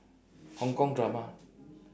hong kong drama